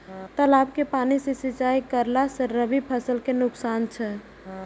तालाब के पानी सँ सिंचाई करला स रबि फसल के नुकसान अछि?